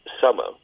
summer